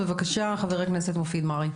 חבר הכנסת מופיד מרעי,